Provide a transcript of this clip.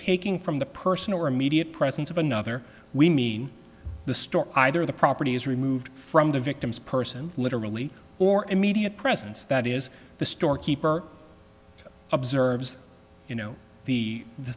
taking from the person or immediate presence of another we mean the store either the property is removed from the victim's person literally or immediate presence that is the store keeper observes you know the the